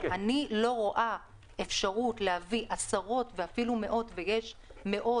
אני לא רואה אפשרות להביא עשרות ואפילו מאות סטודנטים,